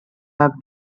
have